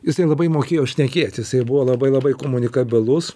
jisai labai mokėjo šnekėt jisai buvo labai labai komunikabilus